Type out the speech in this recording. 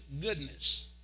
goodness